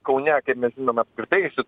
kaune kaip mes žinome apskritai